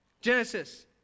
Genesis